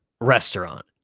restaurant